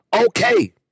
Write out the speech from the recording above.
Okay